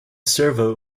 servo